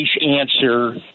answer